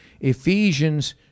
Ephesians